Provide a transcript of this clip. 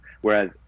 Whereas